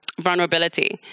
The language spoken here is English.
vulnerability